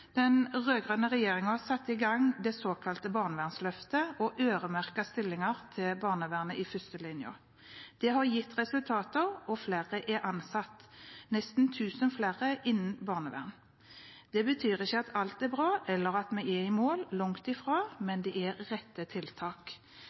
i gang det såkalte barnevernsløftet og øremerket stillinger til barnevernet i førstelinjen. Det har gitt resultater, og flere – nesten 1 000 flere – er ansatt innen barnevernet. Det betyr ikke at alt er bra, eller at vi er i mål, langt ifra, men det er riktige tiltak.